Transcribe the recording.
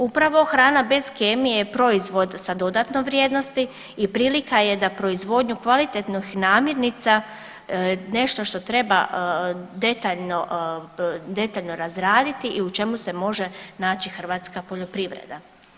Upravo hrana bez kemije je proizvod sa dodatnom vrijednosti i prilika je da proizvodnju kvalitetnih namirnica nešto što treba detaljno, detaljno razraditi i u čemu se može naći hrvatska poljoprivreda.